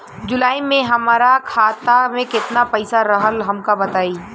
जुलाई में हमरा खाता में केतना पईसा रहल हमका बताई?